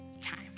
time